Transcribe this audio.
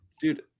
dude